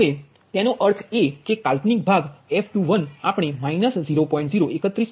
હવે તેનો અર્થ એ કે કાલ્પનિક ભાગ f21આપણે 0